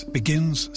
begins